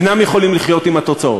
אינם יכולים לחיות עם התוצאות.